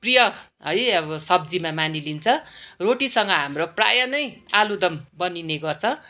प्रिय है अब सब्जीमा मानिलिन्छ रोटीसँग हाम्रो प्राय नै आलुदम बनिने गर्छ